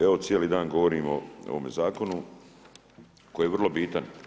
Evo cijeli dan govorimo o ovome zakonu koji je vrlo bitan.